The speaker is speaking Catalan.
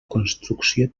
construcció